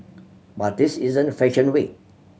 but this isn't fashion week